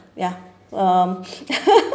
ya um